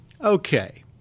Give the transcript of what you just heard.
Okay